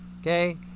Okay